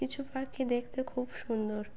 কিছু পাখি দেখতে খুব সুন্দর